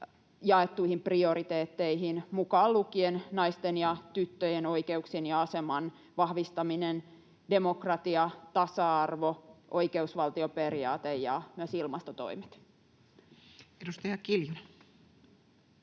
jaettuihin prioriteetteihin mukaan lukien naisten ja tyttöjen oikeuksien ja aseman vahvistaminen, demokratia, tasa-arvo, oikeusvaltioperiaate ja myös ilmastotoimet. [Speech 130]